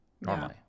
normally